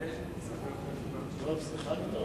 ההצעה להעביר את הצעת